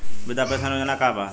वृद्ध पेंशन योजना का बा?